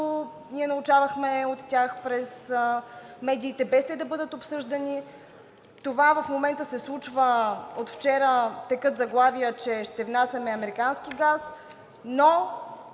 ние научавахме за тях през медиите, без те да бъдат обсъждани. Това в момента се случва – от вчера текат заглавия, че ще внасяме американски газ,